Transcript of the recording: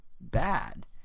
bad